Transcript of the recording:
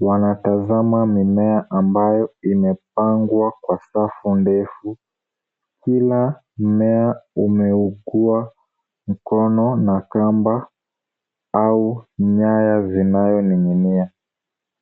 Wanatazama mimea ambayo imepangwa kwa safu ndefu. Kila mmea umeukua mkono na kamba au nyaya zinayoning'inia.